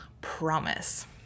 promise